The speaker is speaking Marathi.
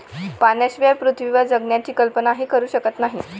पाण्याशिवाय पृथ्वीवर जगण्याची कल्पनाही करू शकत नाही